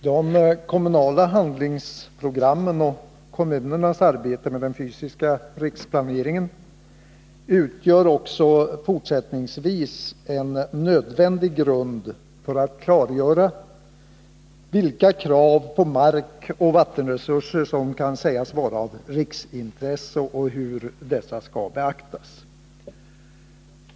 Herr talman! De kommunala handlingsprogrammen och kommunernas arbete med den fysiska riksplaneringen utgör också fortsättningsvis en nödvändig grund för att klargöra vilka krav på markoch vattenresurser som kan sägas vara av riksintresse och hur dessa skall beaktas.